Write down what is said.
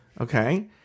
okay